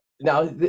now